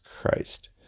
Christ